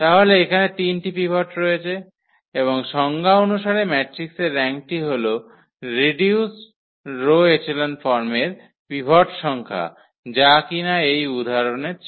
তাহলে এখানে 3 টি পিভট রয়েছে এবং সংজ্ঞা অনুসারে ম্যাট্রিক্সের র্যাঙ্কটি হল রিডিউস রো এচেলন ফর্মের পিভট সংখ্যা যা কিনা এই উদাহরণে 3